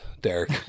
Derek